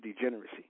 degeneracy